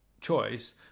choice